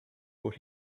but